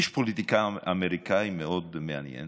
פוליטיקאי אמריקני מאוד מעניין